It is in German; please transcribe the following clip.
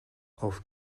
auf